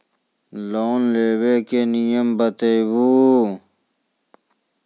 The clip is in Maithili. लोन लेबे के नियम बताबू?